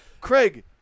Craig